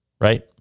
right